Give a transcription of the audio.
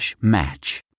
match